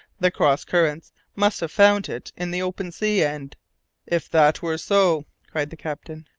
the cross-currents must have found it in the open sea, and if that were so cried the captain.